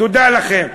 תודה לכם.